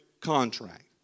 contract